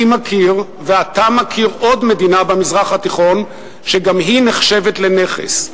אני מכיר ואתה מכיר עוד מדינה במזרח התיכון שגם היא נחשבת לנכס,